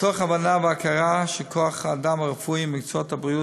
מתוך הבנה והכרה שכוח-האדם הרפואי ובמקצועות הבריאות